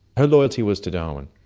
her loyalty was to darwin,